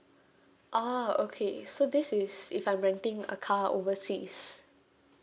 oh okay so this is if I'm renting a car overseas